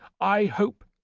i hope,